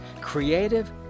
Creative